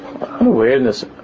awareness